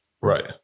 Right